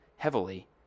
Heavily